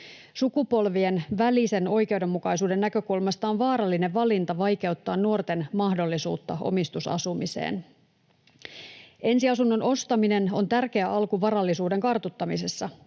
Sukupolvien välisen oikeudenmukaisuuden näkökulmasta on vaarallinen valinta vaikeuttaa nuorten mahdollisuutta omistusasumiseen. Ensiasunnon ostaminen on tärkeä alku varallisuuden kartuttamisessa.